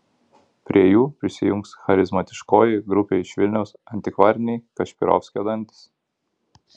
prie jų prisijungs charizmatiškoji grupė iš vilniaus antikvariniai kašpirovskio dantys